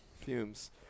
Fumes